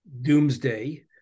doomsday